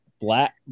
black